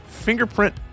Fingerprint